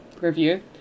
review